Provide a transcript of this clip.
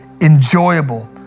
enjoyable